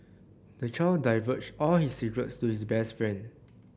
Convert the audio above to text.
the child divulged all his secrets to his best friend